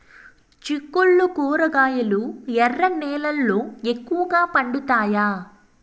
చిక్కుళ్లు కూరగాయలు ఎర్ర నేలల్లో ఎక్కువగా పండుతాయా